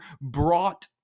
brought